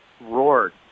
roared